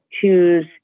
choose